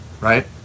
right